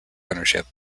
ownership